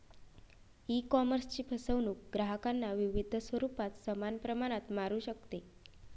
ईकॉमर्सची फसवणूक ग्राहकांना विविध स्वरूपात समान प्रमाणात मारू शकते